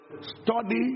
study